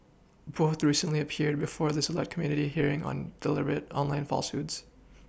both recently appeared before the select committee hearing on deliberate online falsehoods